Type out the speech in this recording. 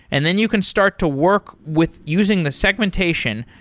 and then you can start to work with using the segmentation.